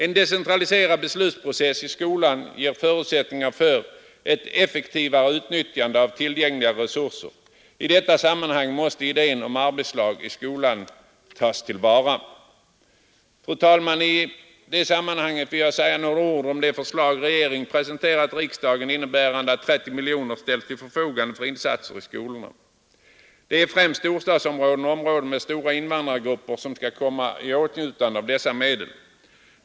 En decentraliserad beslutsprocess i skolan ger förutsättningar för ett effektivare utnyttjande av tillgängliga resurser. I detta sammanhang måste idén om arbetslag i skolan tas till vara. Fru talman! I detta sammanhang vill jag säga några ord om de förslag regeringen presenterat riksdagen, innebärande att 30 miljoner kronor ställs till förfogande för insatser i skolorna. Det är främst storstadsområdena och områden med stora invandrargrupper som skall komma i åtnjutande av dessa medel.